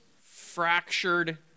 fractured